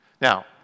Now